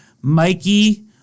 Mikey